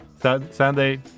Sunday